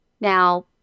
Now